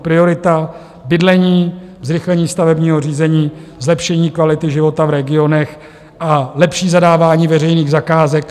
Priority jsou bydlení, zrychlení stavebního řízení, zlepšení kvality života v regionech a lepší zadávání veřejných zakázek.